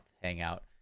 Hangout